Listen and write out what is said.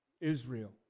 Israel